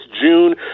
June